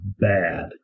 bad